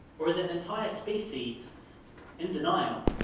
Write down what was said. or is it an entire species in denial?